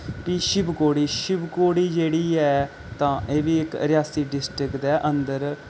फ्ही शिव खोड़ी शिव खोड़ी जेह्ड़ी ऐ तां एह् बी इक रेयासी डिस्ट्रिक्ट दे अंदर